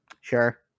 sure